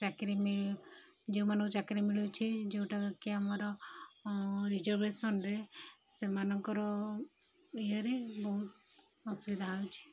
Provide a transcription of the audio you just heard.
ଚାକିରି ମିଳେ ଯେଉଁମାନଙ୍କୁ ଚାକିରି ମିଳୁଛି ଯେଉଁଟାକି ଆମର ରିଜର୍ଭେସନ୍ରେ ସେମାନଙ୍କର ଇଏରେ ବହୁତ ଅସୁବିଧା ହେଉଛି